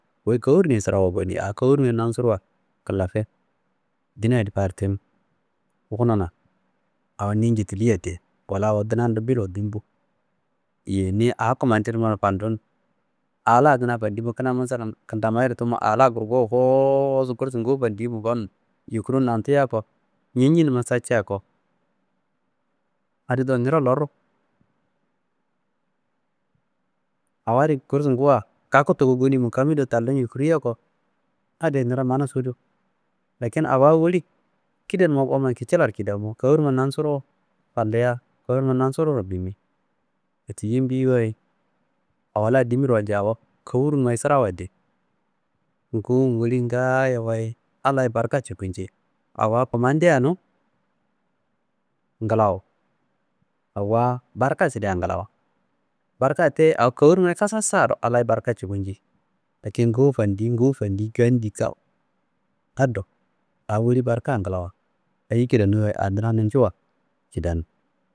Wuyi korniyi sirawa ngone awo korniyi nansuruwa kilafe dinadiyi fayide tenu wunona awo niyi njidiliya de wala awo dunanumro bilwo dumbu yeyi niyi a kummandinumma fandum a la kina fandi mu kina masalam kantamayiro tumu a la gurgowu kooosu gursu nguwu fandi mu gonum yukurum nantiya ko necinumma satia adi do niro loruwu awa adi gursu nguwuwa kaku tuku goni mu kami do tallum yukuria ko adi- ye niro mana sodu. Lakin awa woli kidanumma goman kicillaro kidamu kornuwa nansuruwu fanduya kornumma nansuruwuro fanduya kornu ma nasuruwuro bimi. Wette yimbiyi wayi awo la dimiro walcia awo la dimiro walcia awo kowurnuma sirawa de nguwu n weli n ngayowayi Allayi barka cuku nje. Awa kummadia nu ngilawo awa barka sidea ngilawo. Barka tiyiye awo korngayi kasasaro Allayi barka cuku nji lakin nguwu fandi nguwu fandi kandi ka ado la a woli barka ngilawo eyiyi kidaniyi wayi a dunanin njuwuwa kidanu